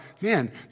man